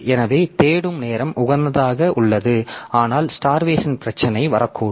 எனவே தேடும் நேரம் உகந்ததாக உள்ளது ஆனால் ஸ்டார்வேசன் பிரச்சினை வரக்கூடும்